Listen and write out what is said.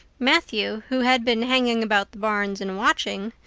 matthew, who had been hanging about the barns and watching,